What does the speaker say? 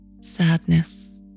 Sadness